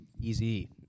Easy